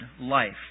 life